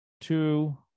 two